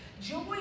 Joy